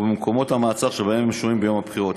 ובמקומות המעצר שבהם הם שוהים ביום הבחירות.